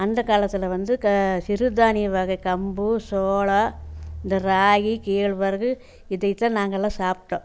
அந்த காலத்தில் வந்து க சிறுதானிய வகை கம்பு சோளம் இந்த ராகி கேழ்வரகு இதைத் தான் நாங்களாம் சாப்பிடோம்